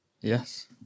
Yes